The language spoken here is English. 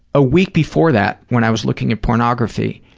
a week before that, when i was looking at pornography,